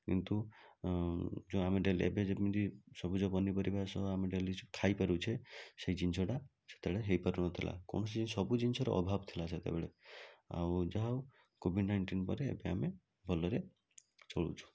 କିନ୍ତୁ ଯେଉଁ ଆମେ ଡେଲି ଏବେ ଯେମିତି ସବୁଜ ପନିପରିବା ସହ ଆମେ ଡେଲି ଖାଇପାରୁଛେ ସେଇ ଜିନିଷଟା ସେତେବେଳେ ହେଇପାରୁନଥିଲା କୌଣସି ସବୁ ଜିନିଷର ଅଭାବ ଥିଲା ସେତେବେଳେ ଆଉ ଯାହା ହଉ କୋଭିଡ଼୍ ନାଇନଣ୍ଟିନ୍ ପରେ ଏବେ ଆମେ ଭଲରେ ଚଳୁଛୁ